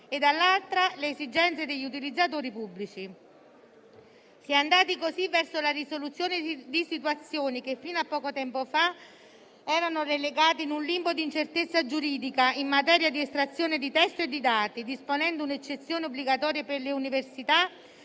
e, dall'altro, le esigenze degli utilizzatori pubblici. Si è andati così verso la risoluzione di situazioni che fino a poco tempo fa erano relegate in un limbo di incertezza giuridica in materia di estrazione di testo e di dati, disponendo un'eccezione obbligatoria per le università